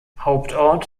hauptort